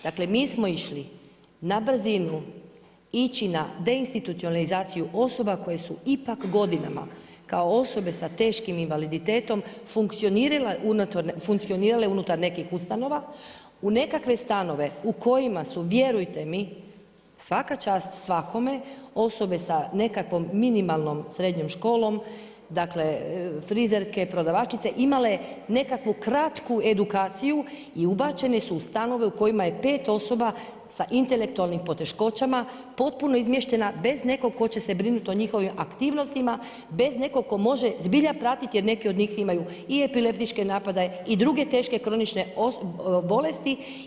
Dakle, mi smo išli na brzinu ići na deinstitucionalizaciju osoba koje su ipak godinama kao osobe sa teškim invaliditetom funkcionirale unutar nekih ustanova u nekakve stanove u kojima su vjerujte mi, svaka čast svakome osobe sa nekakvom minimalnom srednjom školom, dakle frizerke, prodavačice imale nekakvu kratku edukaciju i ubačene su u stanove u kojima je pet osoba sa intelektualnim poteškoćama potpuno izmještena bez nekog tko će se brinut o njihovim aktivnostima, bez nekog tko može zbilja pratiti jer neki od njih imaju i epileptičke napadaje i druge teške kronične bolesti.